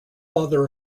father